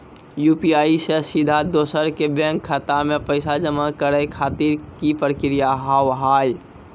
UPI से सीधा दोसर के बैंक खाता मे पैसा जमा करे खातिर की प्रक्रिया हाव हाय?